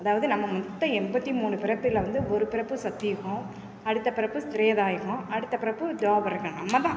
அதாவது நம்ம மொத்தம் எண்பத்தி மூணு பிறப்பில் வந்து ஒரு பிறப்பு சக்தி யுகம் அடுத்த பிறப்பு திரேதா யுகம் அடுத்த பிறப்பு துவாபர யுகம் நம்ம தான்